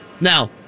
Now